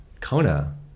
Kona